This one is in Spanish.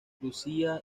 lucía